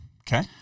Okay